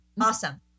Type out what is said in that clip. awesome